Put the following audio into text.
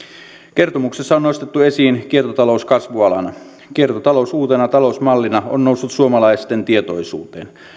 kertomuksessa on nostettu esiin kiertotalous kasvualana kiertotalous uutena talousmallina on noussut suomalaisten tietoisuuteen